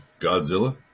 Godzilla